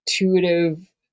intuitive